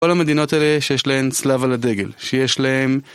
כל המדינות האלה שיש להן צלב על הדגל, שיש להן...